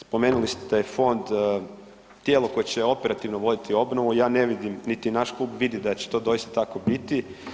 Spomenuli ste fond, tijelo koje će operativno voditi obnovu, ja ne vidim, niti naš klub vidi da će to doista tako biti.